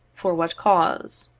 for what cause.